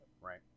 right